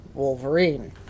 wolverine